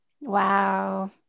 wow